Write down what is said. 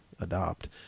adopt